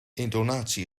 intonatie